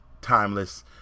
timeless